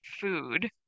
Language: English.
food